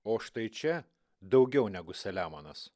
o štai čia daugiau negu saliamonas